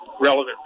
relevant